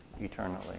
eternally